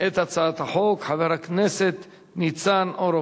את הצעת החוק חבר הכנסת ניצן הורוביץ.